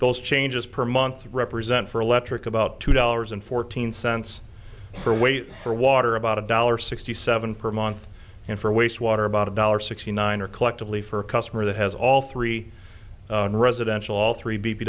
those changes per month represent for electric about two dollars and fourteen cents for weight for water about a dollar sixty seven per month and for wastewater about a dollar sixty nine or collectively for a customer that has all three residential all three b